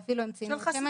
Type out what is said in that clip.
והם אפילו ציינו איזו מסגרת.